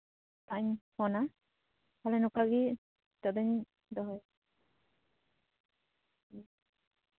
ᱥᱮᱛᱟᱜ ᱤᱧ ᱯᱷᱳᱱᱟ ᱛᱟᱞᱦᱮ ᱱᱚᱝᱠᱟ ᱜᱮ ᱱᱤᱛᱚᱜ ᱫᱩᱧ ᱫᱚᱦᱚᱭᱮᱫᱟ